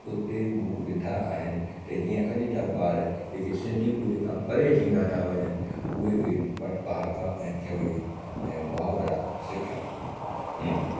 उते उहे विधा आहिनि त जीअं अॼ जा ॿार जेके सिंधी ॿोली खां परे थींदा था वञनि उहे इन वटि पहाका ऐं चवणियूं ऐं मुहावरा सिखनि